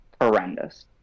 horrendous